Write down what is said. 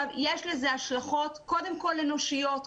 יש לזה השלכות, קודם כל אנושיות.